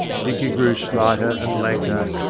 dicky grew slighter and lanker,